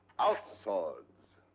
out swords,